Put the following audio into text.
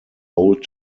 old